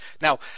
Now